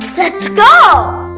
let's go!